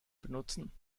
benutzen